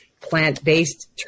plant-based